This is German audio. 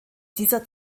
dieser